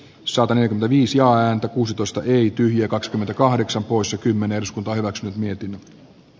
sodan aikana viisi ääntä kuustosta ei tyhjä kakskymmentäkahdeksaa vuosikymmen eduskunta hyväksyi mietin